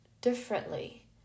differently